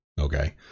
Okay